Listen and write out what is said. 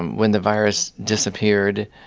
when the virus disappeared,